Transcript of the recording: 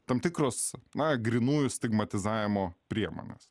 tam tikros na grynųjų stigmatizavimo priemonės